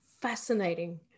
fascinating